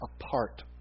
apart